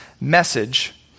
message